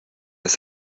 das